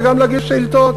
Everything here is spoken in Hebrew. וגם להגיש שאילתות,